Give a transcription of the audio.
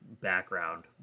background